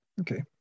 Okay